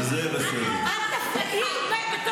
אל תפריעי ויהיה בסדר.